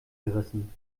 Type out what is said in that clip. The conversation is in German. gerissen